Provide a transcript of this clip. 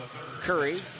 Curry